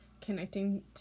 connecting